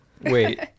Wait